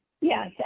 yes